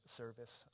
service